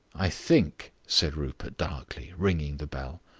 i think, said rupert darkly, ringing the bell,